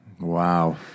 Wow